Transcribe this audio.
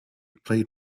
played